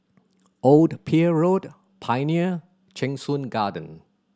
Old Pier Road Pioneer Cheng Soon Garden